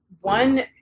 one